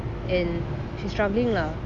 and she's struggling lah